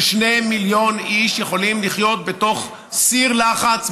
ש-2 מיליון איש יכולים לחיות בתוך סיר לחץ,